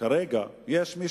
כרגע, יש מי